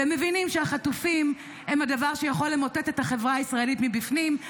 והם מבינים שהחטופים הם הדבר שיכול למוטט את החברה הישראלית מבפנים.